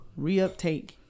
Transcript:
reuptake